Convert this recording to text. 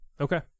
Okay